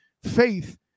faith